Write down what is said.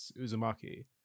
Uzumaki